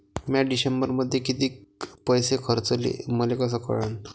म्या डिसेंबरमध्ये कितीक पैसे खर्चले मले कस कळन?